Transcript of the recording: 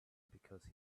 because